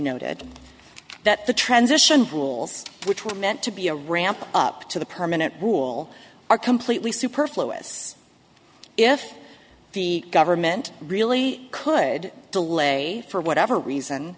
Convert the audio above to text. noted that the transition rules which were meant to be a ramp up to the per minute rule are completely superfluous if the government really could delay for whatever reason